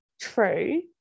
True